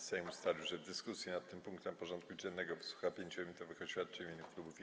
Sejm ustalił, że w dyskusji nad tym punktem porządku dziennego wysłucha 5-minutowych oświadczeń w imieniu klubów i kół.